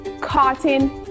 cotton